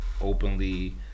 openly